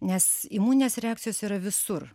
nes imuninės reakcijos yra visur